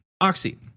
Oxy